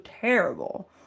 terrible